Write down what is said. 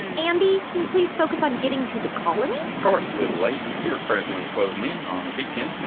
and andi, can we please focus on getting to the colony? course, little lady. yer presen'ly closin' in on the beacon,